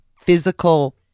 physical